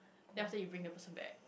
then after that you bring the person back